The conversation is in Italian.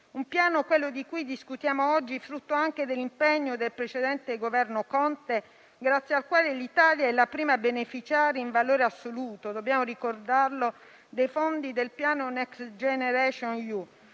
un Piano - quello di cui discutiamo oggi - frutto anche dell'impegno del precedente governo Conte, grazie al quale l'Italia è la prima a beneficiare in valore assoluto - dobbiamo ricordarlo - dei fondi del programma Next Generation EU.